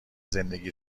زندگی